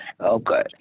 okay